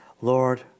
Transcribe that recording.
Lord